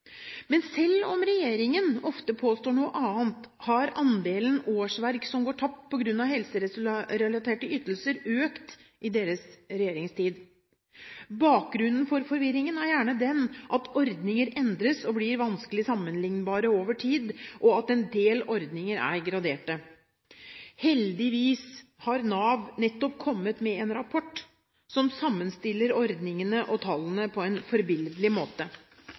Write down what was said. ofte påstår noe annet, har andelen årsverk som går tapt på grunn av helserelaterte ytelser, økt i deres regjeringstid. Bakgrunnen for forvirringen er gjerne den at ordninger endres og blir vanskelig sammenlignbare over tid, og at en del ordninger er graderte. Heldigvis har Nav nettopp kommet med en rapport som sammenstiller ordningene og tallene på en forbilledlig måte.